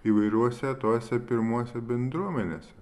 įvairiuose tuose pirmuose bendruomenėse